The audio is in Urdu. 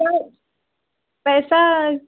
س پیسہ